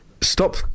stop